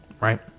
right